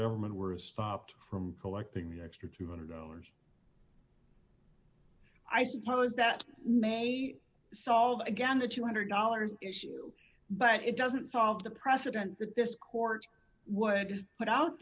government were stopped from collecting the extra two hundred dollars i suppose that may solve again the two hundred dollars issue but it doesn't solve the president that this court would put out